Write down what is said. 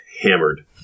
hammered